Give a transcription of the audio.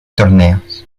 torneos